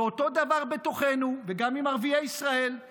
ואותו דבר בתוכנו, וגם עם ערביי ישראל.